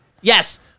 Yes